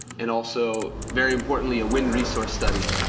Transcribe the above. and also, very importantly, a wind resource study,